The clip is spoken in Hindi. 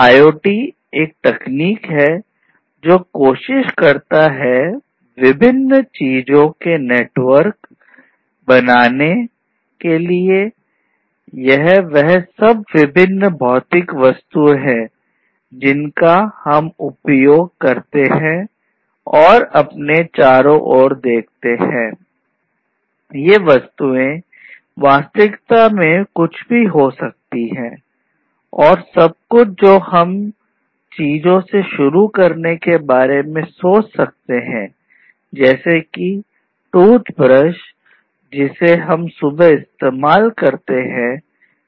IoT एक तकनीक है जो कोशिश करता है विभिन्न चीजों भी शामिल है